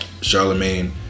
Charlemagne